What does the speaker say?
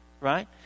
Right